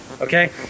okay